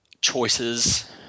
choices